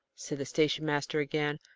said the station-master again,